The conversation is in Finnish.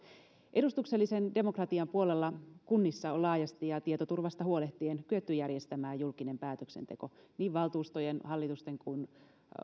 edustuksellisen demokratian puolella kunnissa on laajasti tietoturvasta huolehtien kyetty järjestämään julkinen päätöksenteko niin valtuustojen hallitusten kuin